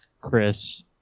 Chris